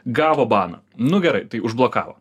gavo baną nu gerai tai užblokavo